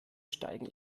steigen